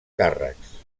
càrrecs